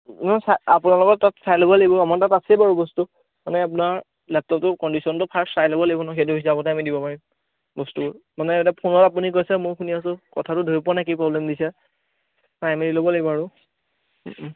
আপোনালোকৰ তাত চাই ল'ব লাগিব আমাৰ তাত আছেই বাৰু বস্তু মানে আপোনাৰ লেপটপটো কণ্ডিশ্যনটো ফাৰ্চ চাই ল'ব লাগিব নহয় সেইটো হিচাপতহে আমি দিব পাৰিম বস্তুবোৰ মানে এতিয়া ফোনত আপুনি কৈছে মইয়ো শুনি আছোঁ কথাটো ধৰিব পৰা নাই প্ৰব্লেম দিছে চাই মেলি ল'ব লাগিব আৰু